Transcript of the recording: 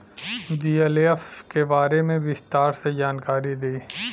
BLF के बारे में विस्तार से जानकारी दी?